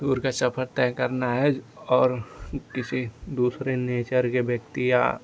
दूर का सफर तय करना है और किसी दूसरे नेचर के व्यक्ति या